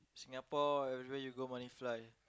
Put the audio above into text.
Singapore where ever you go money fly